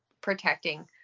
protecting